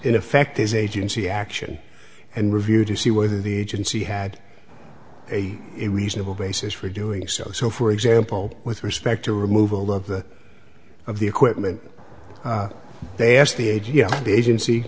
effect is agency action and review to see whether the agency had a reasonable basis for doing so so for example with respect to removal of the of the equipment they asked the a g m the agency